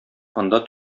анда